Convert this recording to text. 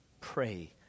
Pray